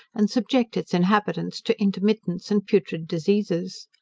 and subject its inhabitants to intermittents and putrid diseases.